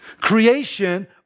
Creation